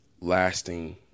lasting